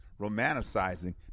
romanticizing